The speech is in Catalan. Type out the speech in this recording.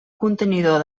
contenidor